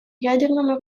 ядерному